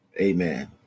Amen